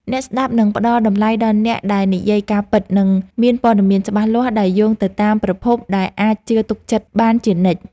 អ្នកស្ដាប់នឹងផ្តល់តម្លៃដល់អ្នកដែលនិយាយការពិត និងមានព័ត៌មានច្បាស់លាស់ដែលយោងទៅតាមប្រភពដែលអាចជឿទុកចិត្តបានជានិច្ច។